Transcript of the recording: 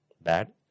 bad